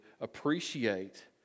appreciate